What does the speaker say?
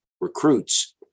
recruits